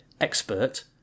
expert